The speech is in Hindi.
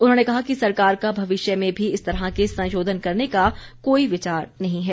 उन्होंने कहा कि सरकार का भविष्य में भी इस तरह के संशोधन करने का कोई विचार नहीं है